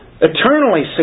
eternally